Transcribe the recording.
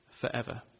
forever